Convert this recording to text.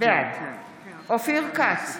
בעד אופיר כץ,